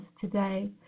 today